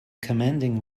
commanding